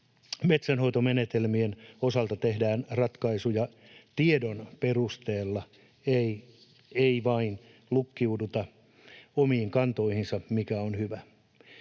metsänhoitomenetelmien osalta tehdään ratkaisuja tiedon perusteella, ei vain lukkiuduta omiin kantoihin — mikä on hyvä.